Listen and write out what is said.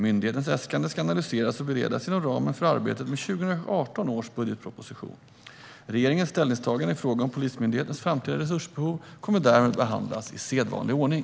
Myndighetens äskande ska analyseras och beredas inom ramen för arbetet med 2018 års budgetproposition. Regeringens ställningstagande i fråga om Polismyndighetens framtida resursbehov kommer därmed att behandlas i sedvanlig ordning.